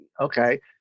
okay